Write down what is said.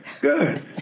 good